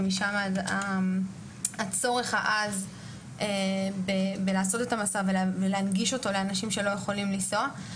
ומשם הצורך העז בלעשות את המסע ולהנגיש אותו לאנשים שלא יכולים לנסוע.